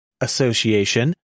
Association